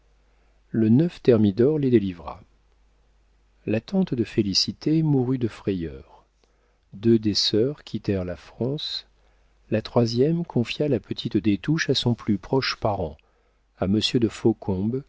le thermidor les délivra la tante de félicité mourut de frayeur deux des sœurs quittèrent la france la troisième confia la petite des touches à son plus proche parent à monsieur de